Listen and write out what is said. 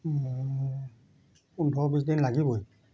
পোন্ধৰ বিছ দিন লাগিবই